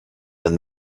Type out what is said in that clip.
than